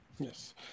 Yes